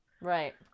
Right